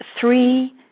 three